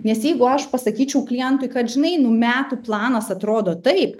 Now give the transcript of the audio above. nes jeigu aš pasakyčiau klientui kad žinai nu metų planas atrodo taip